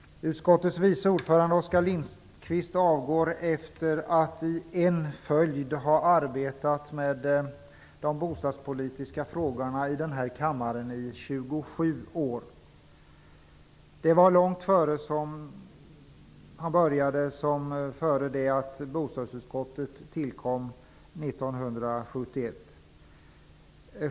Utskottets vice ordförande Oskar Lindkvist avgår efter att ha arbetat med de bostadspolitiska frågorna i denna kammare i 27 år i en följd. Han började långt före det att bostadsutskottet tillkom 1971.